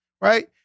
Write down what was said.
right